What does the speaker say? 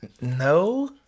no